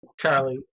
Charlie